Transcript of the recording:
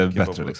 bättre